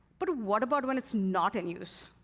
but what about when it's not in use?